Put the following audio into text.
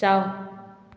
ꯆꯥꯎ